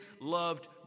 loved